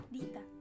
Dita